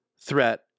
threat